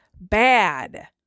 bad